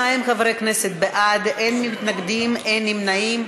52 חברי כנסת בעד, אין מתנגדים, אין נמנעים.